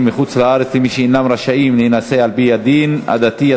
בחוץ-לארץ למי שאינם רשאים להינשא על-פי הדין הדתי,